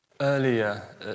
earlier